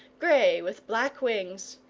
grey with black wings,